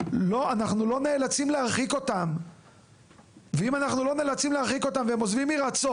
אנחנו לא נאלצים להרחיק אותם ואם אנחנו לא נאלצים להרחיק אותם